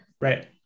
Right